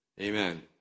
Amen